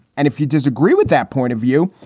and if he does agree with that point of view,